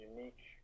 Unique